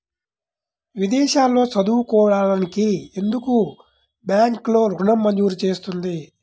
విదేశాల్లో చదువుకోవడానికి ఎందుకు బ్యాంక్లలో ఋణం మంజూరు చేస్తుంది?